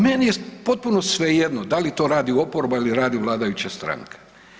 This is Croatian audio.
Meni je potpuno svejedno da li to radi oporba ili radi vladajuća stranka.